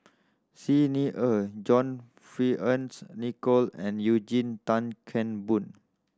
Xi Ni Er John Fearns Nicoll and Eugene Tan Kheng Boon